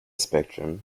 spectrum